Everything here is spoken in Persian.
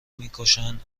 میکشن